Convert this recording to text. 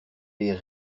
les